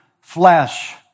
flesh